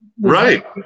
Right